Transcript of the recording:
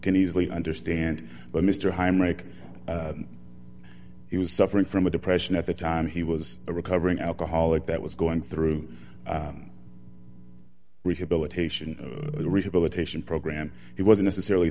can easily understand but mr heinrich he was suffering from a depression at the time he was a recovering alcoholic that was going through rehabilitation rehabilitation program he was necessarily